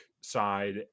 side